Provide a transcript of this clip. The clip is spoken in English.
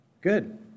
Good